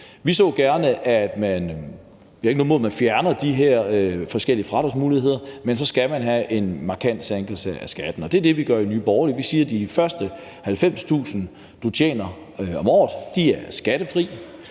noget imod, at man fjerner de her forskellige fradragsmuligheder, men så skal man have en markant sænkelse af skatten. Det er det, vi siger i Nye Borgerlige. Vi siger: De første 90.000 kr., man tjener om året, er skattefrie,